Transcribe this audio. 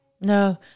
no